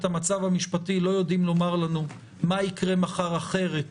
המצב המשפטי לא יודעים לומר לנו מה יקרה מחר אחרת